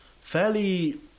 fairly